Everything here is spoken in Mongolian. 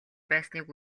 байсныг